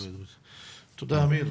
אמיר, תודה.